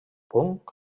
punk